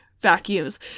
Vacuums